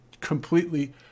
completely